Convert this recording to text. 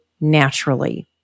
naturally